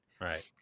right